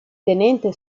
tenente